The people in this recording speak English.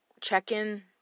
check-in